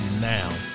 now